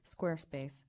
Squarespace